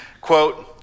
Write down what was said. quote